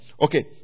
Okay